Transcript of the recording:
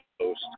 post